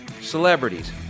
celebrities